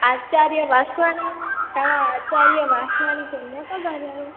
आचार्य वासवानी तव्हां आचार्य वासवानी सोनिया था ॻाल्हायो